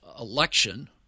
election